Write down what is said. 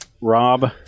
Rob